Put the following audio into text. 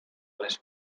les